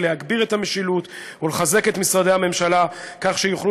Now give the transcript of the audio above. היא להגביר את המשילות ולחזק את משרדי הממשלה כך שיוכלו